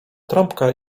trąbka